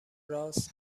رآس